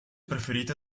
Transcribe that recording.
preferite